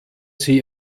sie